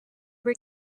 were